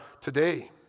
today